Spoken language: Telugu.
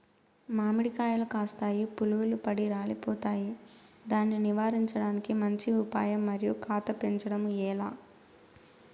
మామిడి కాయలు కాస్తాయి పులుగులు పడి రాలిపోతాయి దాన్ని నివారించడానికి మంచి ఉపాయం మరియు కాత పెంచడము ఏలా?